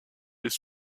des